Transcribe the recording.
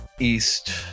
east